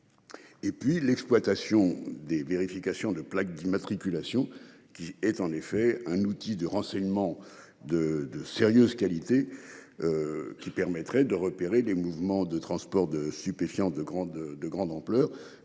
Et puis l'exploitation des vérifications de plaque d'immatriculation qui est en effet un outil de renseignement de de sérieuses qualité. Qui permettrait de repérer les mouvements de transport de stupéfiants de grande de